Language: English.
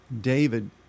David